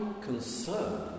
concern